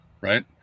Right